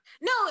No